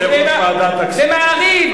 ב"מעריב",